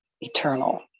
eternal